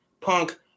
Punk